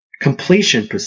Completion